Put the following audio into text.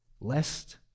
lest